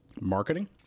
marketing